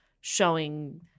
showing